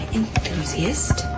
enthusiast